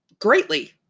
greatly